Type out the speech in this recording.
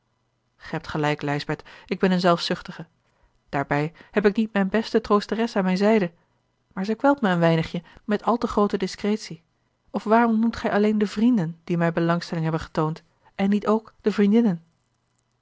gij hebt gelijk lijsbeth ik ben een zelfzuchtige daarbij heb ik niet mijn beste troosteres aan mijne zijde maar zij kwelt mij een weinigje met al te groote discretie of waarom noemt gij alleen de vrienden die mij belangstelling hebben getoond en niet ook de vriendinnen